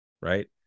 right